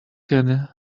can